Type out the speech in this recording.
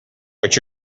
what’s